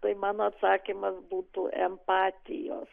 tai mano atsakymas būtų empatijos